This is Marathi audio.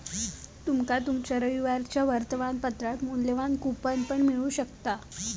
तुमका तुमच्या रविवारच्या वर्तमानपत्रात मुल्यवान कूपन पण मिळू शकतत